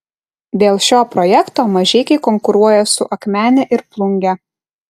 dėl šio projekto mažeikiai konkuruoja su akmene ir plunge